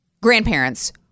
grandparents